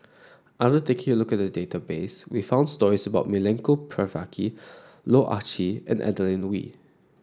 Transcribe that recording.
taking a look at the database we found stories about Milenko Prvacki Loh Ah Chee and Adeline Ooi